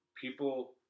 people